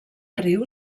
riu